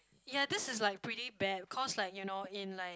ya this is like pretty bad cause like you know in like